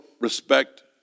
respect